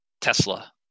Tesla